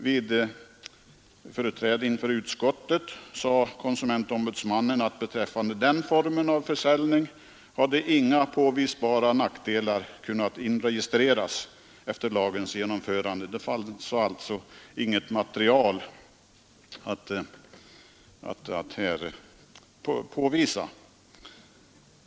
Vid företräde inför utskottet sade konsumentombudsmannen att beträffande den formen av försäljning hade inga påvisbara nackdelar kunnat inregistreras efter lagens genomförande. Det finns alltså inget material att redovisa.